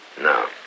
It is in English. No